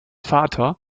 vater